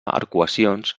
arcuacions